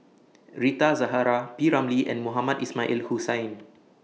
Rita Zahara P Ramlee and Mohamed Ismail in Hussain